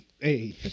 Hey